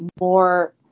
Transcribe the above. more